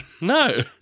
No